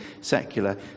secular